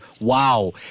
Wow